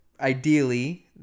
ideally